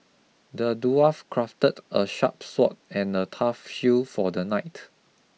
the dwarf crafted a sharp sword and a tough shield for the knight